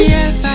Yes